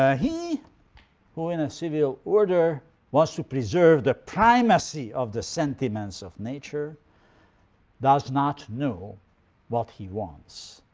ah he who in a civil order wants to preserve the primacy of the sentiments of nature does not know what he wants.